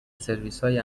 سرویسهای